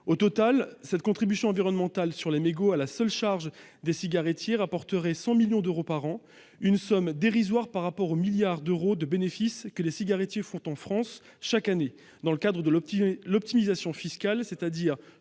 Au total, cette contribution environnementale à la seule charge des cigarettiers rapporterait 100 millions d'euros par an, une somme dérisoire par rapport au milliard d'euros de bénéfice que les cigarettiers font en France chaque année, dans le cadre de l'optimisation fiscale, c'est-à-dire